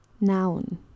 Noun